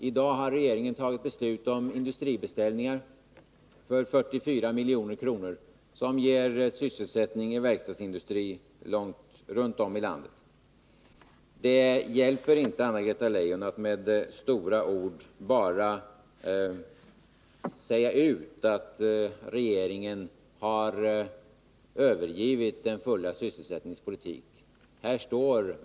I dag har regeringen tagit beslut om industribeställningar för 44 milj.kr., som ger sysselsättning inom verkstadsindustrin runt om i landet. Det hjälper inte, Anna-Greta Leijon, att med stora ord bara säga att regeringen har övergivit den fulla sysselsättningens politik.